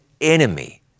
enemy